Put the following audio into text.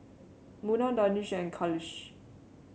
Munah Danish and Khalish